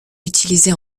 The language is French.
utilisée